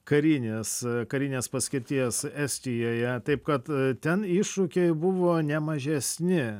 karinis karinės paskirties estijoje taip kad ten iššūkiai buvo ne mažesni